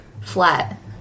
flat